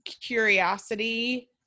curiosity